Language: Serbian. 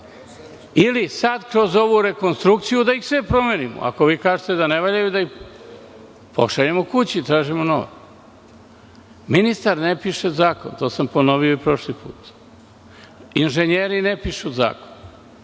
ili sada kroz ovu rekonstrukciju da ih sve promenimo. Ako vi kažete da ne valjaju, da ih pošaljemo kući i da tražimo nove. Ministar ne piše zakon, to sam ponovio i prošli put. Inženjeri ne pišu zakon.